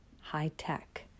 high-tech